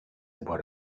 about